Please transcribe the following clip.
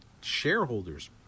shareholders